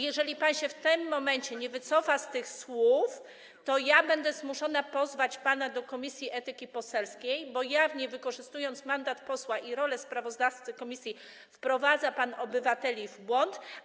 Jeżeli pan się w tym momencie nie wycofa z tych słów, to ja będę zmuszona pozwać pana do Komisji Etyki Poselskiej, bo jawnie wykorzystując mandat posła i rolę sprawozdawcy komisji, wprowadza pan obywateli w błąd.